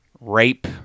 rape